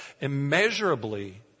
immeasurably